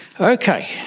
Okay